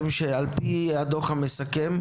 פי הדו"ח המסכם,